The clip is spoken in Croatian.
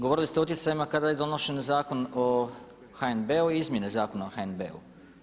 Govorili ste o utjecajima kada je donošen Zakon o HNB-u i izmjene Zakona o HNB-u.